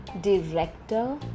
director